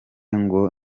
ngo